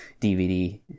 DVD